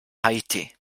haiti